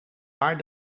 paar